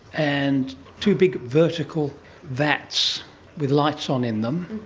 and two big vertical vats with lights on in them.